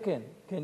כן, כן.